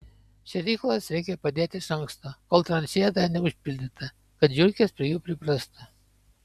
šėryklas reikia padėti iš anksto kol tranšėja dar neužpildyta kad žiurkės prie jų priprastų